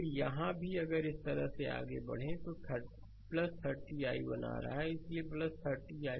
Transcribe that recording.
फिर यहाँ भी अगर इस तरह से आगे बढ़ें तो 30 i1 आ रहा है इसलिए 30 i1